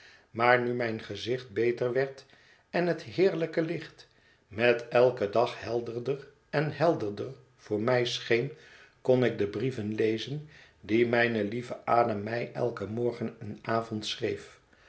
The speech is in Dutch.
maar nu mijn gezicht heter werd en het heerlijke licht met eiken dag helderder en helderder voor mij scheen kon ik de brieven lezen die mijne lieve ada mij eiken morgen en avond schreef